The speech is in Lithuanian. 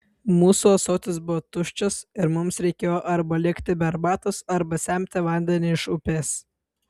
mūsų ąsotis buvo tuščias ir mums reikėjo arba likti be arbatos arba semti vandenį iš upės